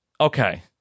Okay